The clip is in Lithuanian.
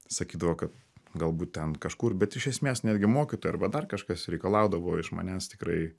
sakydavo kad galbūt ten kažkur bet iš esmės netgi mokytojai arba dar kažkas reikalaudavo iš manęs tikrai